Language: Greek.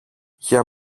για